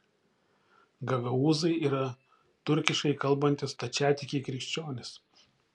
gagaūzai yra turkiškai kalbantys stačiatikiai krikščionys